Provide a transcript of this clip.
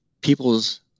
people's